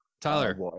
Tyler